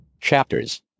chapters